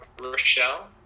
Rochelle